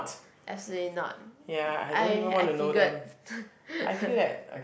as in not I I figured